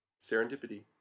Serendipity